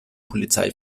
polizei